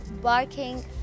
barking